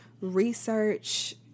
research